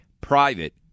Private